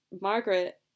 Margaret